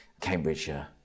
Cambridgeshire